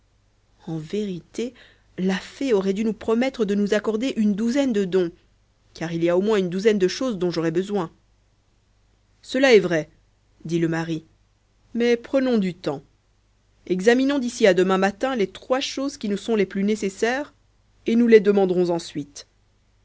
en vérité la fée aurait dû nous promettre de nous accorder une douzaine de dons car il y a au moins une douzaine de choses dont j'aurais besoin cela est vrai dit le mari mais prenons du temps examinons d'ici à demain matin les trois choses qui nous sont les plus nécessaires et nous les demanderons ensuite